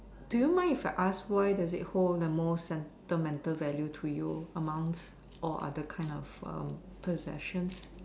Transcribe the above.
do you mind if I ask why does it hold the most sentimental value to you amongst all other kind of uh possessions